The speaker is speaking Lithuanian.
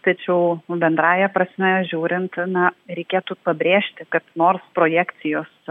tačiau bendrąja prasme žiūrint na reikėtų pabrėžti kad nors projekcijos